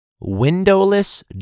windowless